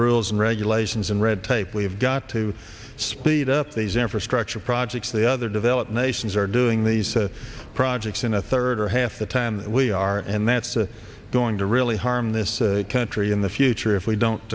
rules and regulations and red tape we've got to speed up these infrastructure projects the other developed nations are doing these projects in a third or half the time that we are and that's going to really harm this country in the future if we don't